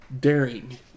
daring